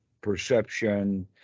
perception